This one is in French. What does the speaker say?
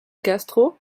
castro